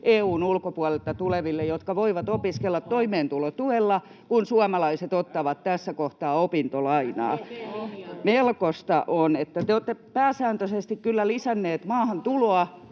EU:n ulkopuolelta tuleville, jotka voivat opiskella toimeentulotuella, kun suomalaiset ottavat tässä kohtaa opintolainaa. Melkoista on, että te olette pääsääntöisesti kyllä lisänneet maahantuloa,